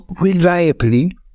reliably